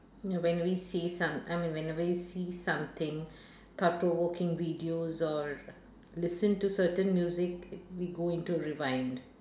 no when we see some I mean when we see something thought provoking videos or listen to certain music we go into rewind